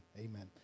amen